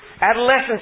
Adolescence